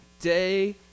Day